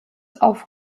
auf